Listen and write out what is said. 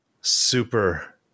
super